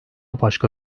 başka